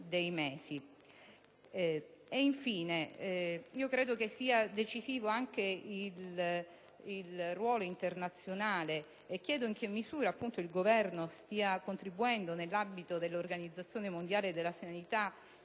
dei mesi. Credo che sia decisivo anche il ruolo internazionale. Chiedo in che misura il Governo stia contribuendo, nell'ambito dell'Organizzazione mondiale della sanità e